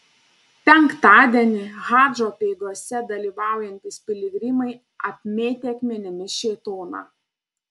penktadienį hadžo apeigose dalyvaujantys piligrimai apmėtė akmenimis šėtoną